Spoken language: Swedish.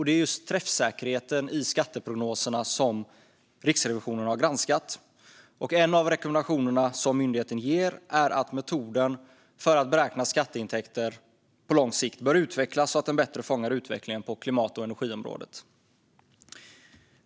Det är just träffsäkerheten i skatteprognoserna som Riksrevisionen har granskat, och en av rekommendationerna som myndigheten ger är att metoden för att beräkna skatteintäkter på lång sikt bör utvecklas så att den bättre fångar utvecklingen på klimat och energiområdet.